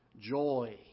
Joy